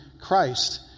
Christ